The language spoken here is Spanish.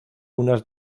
unas